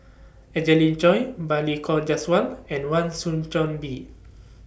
Angelina Choy Balli Kaur Jaswal and Wan Soon John Bee